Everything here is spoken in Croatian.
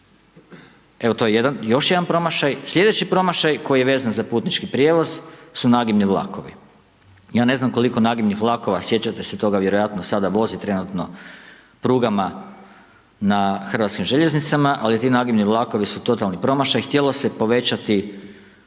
Evo to je još jedan promašaj. Slijedeći promašaj koji je vezan za putnički prijevoz su nagibni vlakovi. Ja ne znam koliko nagibnih vlakova, sjećate se toga, vjerojatno sada vozi trenutno prugama na hrvatskim željeznicama ali ti nagibni vlakovi su totalno promašaj, htjelo se povećati